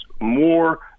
more